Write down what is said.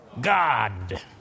God